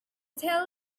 tell